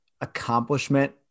accomplishment